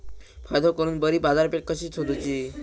फायदो करून बरी बाजारपेठ कशी सोदुची?